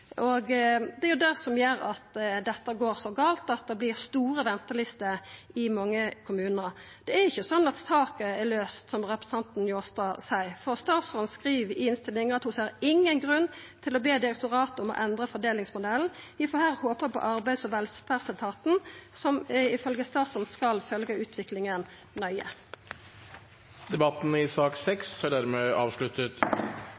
Det er det som gjer at dette går så gale, og at det vert lange ventelister i mange kommunar. Det er ikkje slik at saka er løyst, som representanten Njåstad seier, for statsråden skriv i vedlegget til innstillinga at ho ikkje ser nokon grunn til å be direktoratet om å endra fordelingsmodellen. Vi får her håpa på arbeids- og velferdsetaten, som, ifølgje statsråden, skal følgja utviklinga nøye. Flere har ikke bedt om ordet til sak